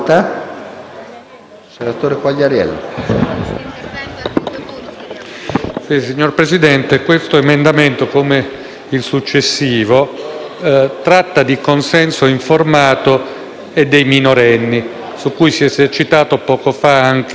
Signor Presidente, questo emendamento, come il successivo, tratta di consenso informato e dei minorenni, su cui si è esercitato poco fa anche il collega Caliendo. Esso stabilisce che i genitori o il tutore